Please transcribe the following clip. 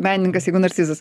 menininkas jeigu narcizas